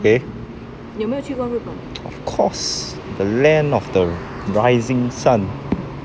okay of course the land of the rising sun